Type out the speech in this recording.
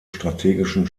strategischen